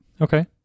Okay